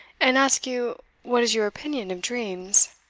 and ask you what is your opinion of dreams?